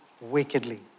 wickedly